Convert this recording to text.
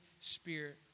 Spirit